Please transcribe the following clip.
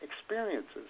experiences